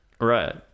right